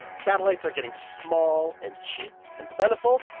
satellites are getting small and cheap and plentiful.